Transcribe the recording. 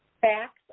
Facts